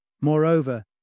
Moreover